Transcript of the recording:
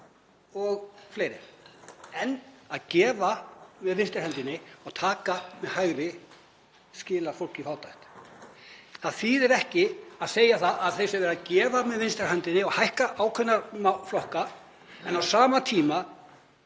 og fleira. En að gefa með vinstri hendinni og taka með hægri skilar fólki í fátækt. Það þýðir ekki að segja að það sé verið að gefa með vinstri hendinni og hækka ákveðna málaflokka en á sama tíma